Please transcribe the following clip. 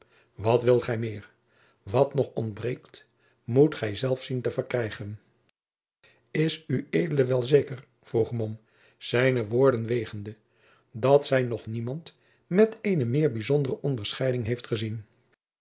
wat wilt gij meer wat nog ontbreekt moet gij zelf zien te verkrijgen is ued wel zeker vroeg mom zijne woorden wegende dat zij nog niemand met eene meer bijzondere onderscheiding heeft gezien